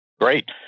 Great